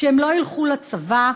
שהם לא ילכו לצבא.